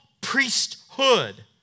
priesthood